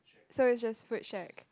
so is just food shack